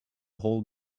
whole